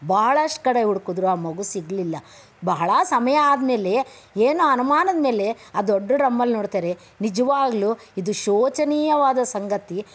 ಬಹಳಷ್ಟು ಕಡೆ ಹುಡುಕಿದ್ರು ಆ ಮಗು ಸಿಗಲಿಲ್ಲ ಬಹಳ ಸಮಯ ಆದಮೇಲೆ ಏನೋ ಅನುಮಾನದಮೇಲೆ ಆ ದೊಡ್ಡ ಡ್ರಮ್ಮಲ್ಲಿ ನೋಡ್ತಾರೆ ನಿಜವಾಗಲೂ ಇದು ಶೋಚನೀಯವಾದ ಸಂಗತಿ